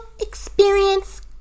experience